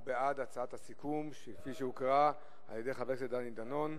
הוא בעד הצעת הסיכום כפי שהוקראה על-ידי חבר הכנסת דני דנון.